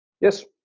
Yes